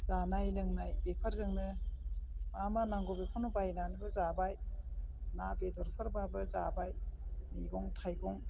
जानाय लोंनाय बेफोरजोंनो मा मा नांगौ बेखौनो बायनाबो जाबाय ना बेदर फोरबाबो जाबाय मैगं थाइगं